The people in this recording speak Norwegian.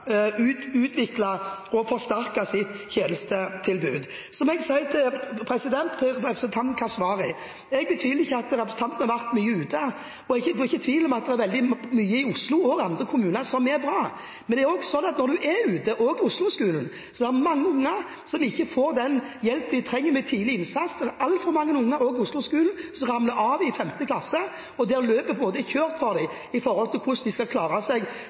utvikle og forsterke sitt tjenestetilbud. Så må jeg si til representanten Keshvari: Jeg betviler ikke at representanten har vært mye ute, og det er ingen tvil om at det er veldig mye i Oslo og i andre kommuner som er bra. Men det er også sånn at når en er ute – også i Osloskolen – ser en at det er mange unger som ikke får den hjelpen de trenger, i form av tidlig innsats. Det er altfor mange unger, også i Osloskolen, som ramler av i 5. klasse, og da er løpet kjørt når det gjelder hvordan de skal klare seg